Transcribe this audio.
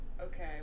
Okay